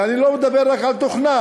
ואני לא מדבר רק על תוכנה,